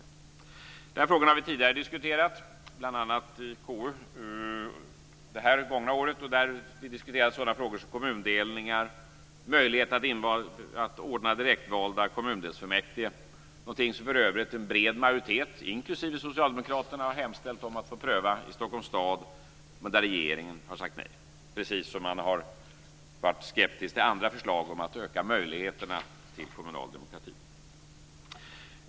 Den här frågan har vi tidigare diskuterat, bl.a. i KU, under det gångna året. Vi har diskuterat sådana frågor som kommundelning och möjligheten att ordna direktvalda kommundelsfullmäktige. Det är för övrigt någonting som en bred majoritet, inklusive Socialdemokraterna, har hemställt om att få pröva i Stockholms stad, men där regeringen har sagt nej, precis som man har varit skeptisk till andra förslag om att öka möjligheterna till kommunal demokrati.